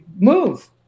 move